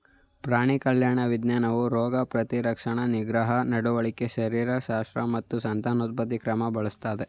ಪ್ರಾಣಿ ಕಲ್ಯಾಣ ವಿಜ್ಞಾನವು ರೋಗ ಪ್ರತಿರಕ್ಷಣಾ ನಿಗ್ರಹ ನಡವಳಿಕೆ ಶರೀರಶಾಸ್ತ್ರ ಮತ್ತು ಸಂತಾನೋತ್ಪತ್ತಿ ಕ್ರಮ ಬಳಸ್ತದೆ